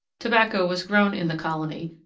tobacco was grown in the colony,